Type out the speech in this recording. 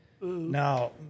Now